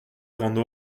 grande